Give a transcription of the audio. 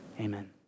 Amen